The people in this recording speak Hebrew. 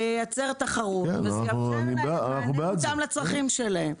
זה ייצר תחרות וזה יאפשר לתת מענה מותאם לצרכים שלהם.